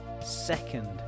second